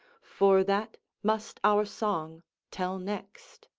for that must our song tell next.